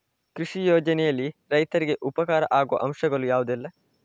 ಕೃಷಿ ಯೋಜನೆಯಲ್ಲಿ ರೈತರಿಗೆ ಉಪಕಾರ ಆಗುವ ಅಂಶಗಳು ಯಾವುದೆಲ್ಲ?